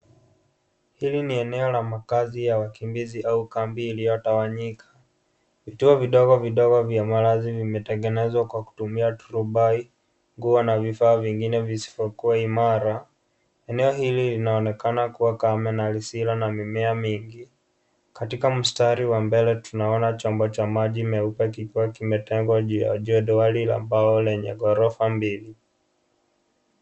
Hili ni eneo la makazi ya wakimbizi au kambi iliyotawanyika. Vituo vidogovidogo vimetengenezwa kwa kutumia turubai, nguo na vifaa vingine visivyokuwa imara. Eneo hili linaonekana kuwa kame na lisilo na mimea mingi. Katika mstari wa mbele tunaona chombo cha maji cheupe kikiwa kimetengwa juu ya jedwali la mbao lenye ghorofa mbili.